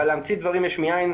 אבל להמציא דברים יש מאין,